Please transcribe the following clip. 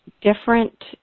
different